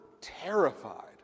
terrified